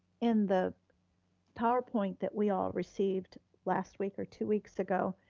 in the powerpoint that we all received last week or two weeks ago,